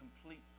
complete